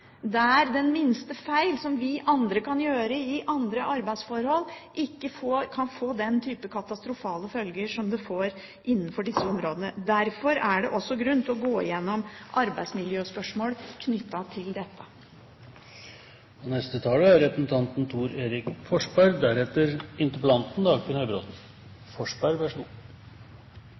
der alt må foregå riktig, og der den minste feil som vi andre kan gjøre i andre arbeidsforhold, innenfor disse områdene kan få den type katastrofale følger som det får. Derfor er det også grunn til å gå igjennom arbeidsmiljøspørsmål knyttet til dette. Det er